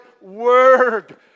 word